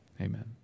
Amen